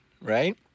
right